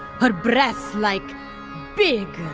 her breasts like big,